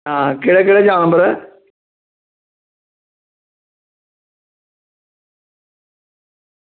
आं केह्ड़ा केह्ड़ा जानवर ऐ